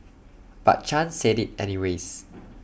but chan said IT anyways